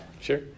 Sure